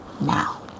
now